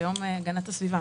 זה יום הגנת הסביבה,